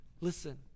Listen